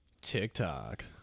TikTok